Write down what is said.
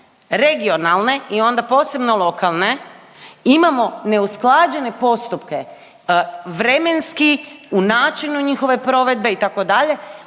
regionalne i onda posebno lokalne imamo neusklađene postupke vremenski u načinu njihove provedbe, itd.,